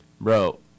Bro